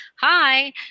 hi